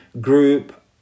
group